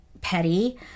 petty